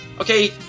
okay